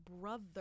brother